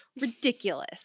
Ridiculous